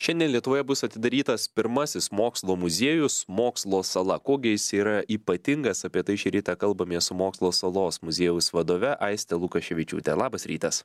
šiandien lietuvoje bus atidarytas pirmasis mokslo muziejus mokslo sala kuo gi jis yra ypatingas apie tai šį rytą kalbamės su mokslo salos muziejaus vadove aiste lukaševičiūte labas rytas